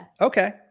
Okay